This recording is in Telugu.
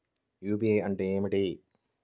యూ.పీ.ఐ అంటే ఏమిటీ?